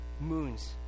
moons